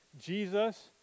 Jesus